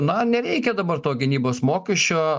na nereikia dabar to gynybos mokesčio